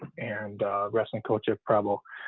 and wrestling coach at preble.